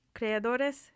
Creadores